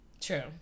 True